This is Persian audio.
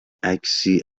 عکسی